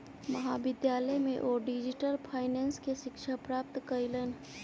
महाविद्यालय में ओ डिजिटल फाइनेंस के शिक्षा प्राप्त कयलैन